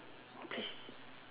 what place